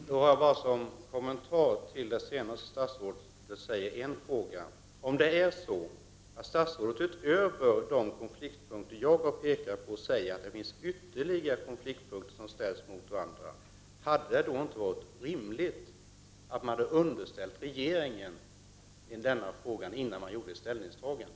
Herr talman! Jag har som kommentar till det statsrådet senast sade bara en fråga: Om det är så att statsrådet utöver de konfliktpunkter jag pekade på anser att det finns ytterligare punkter som ställs mot varandra, hade det då inte varit rimligt att man underställt regeringen frågan, innan man gjorde ställningstagandet?